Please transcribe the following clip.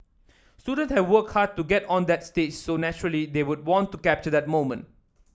student have worked hard to get on that stage so naturally they would want to capture that moment